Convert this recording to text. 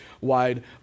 wide